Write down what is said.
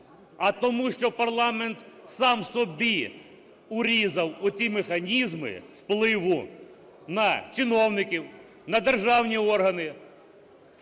А тому що парламент сам собі урізав оті механізми впливу на чиновників, на державні органи,